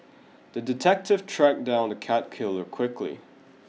the detective tracked down the cat killer quickly